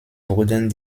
wurden